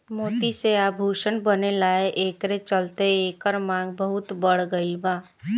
मोती से आभूषण बनेला एकरे चलते एकर मांग बहुत बढ़ गईल बा